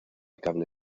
cable